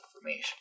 information